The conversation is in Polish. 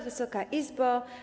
Wysoka Izbo!